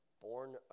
born